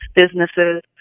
businesses